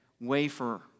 wafer